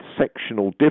sectional